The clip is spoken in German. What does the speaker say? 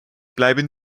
bleiben